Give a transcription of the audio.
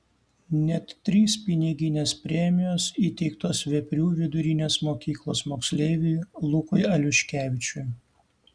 net trys piniginės premijos įteiktos veprių vidurinės mokyklos moksleiviui lukui aliuškevičiui